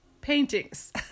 paintings